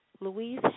Louise